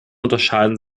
unterscheiden